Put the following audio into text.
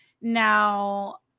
Now